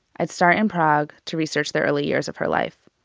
i'd start in prague to research the early years of her life.